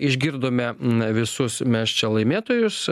išgirdome n visus mes čia laimėtojus